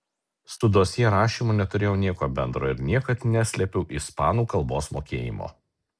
su dosjė rašymu neturėjau nieko bendro ir niekad neslėpiau ispanų kalbos mokėjimo